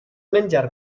menjar